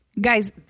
guys